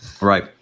right